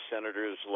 senators